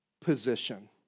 position